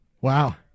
Wow